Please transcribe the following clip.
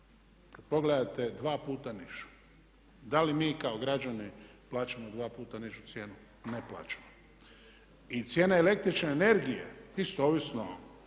kad pogledate dva puta niža. Da li mi kao građani plaćamo dva puta nižu cijenu? Ne plaćamo. I cijena električne energije isto ovisno